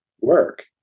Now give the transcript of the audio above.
work